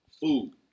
food